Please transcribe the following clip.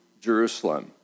Jerusalem